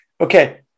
okay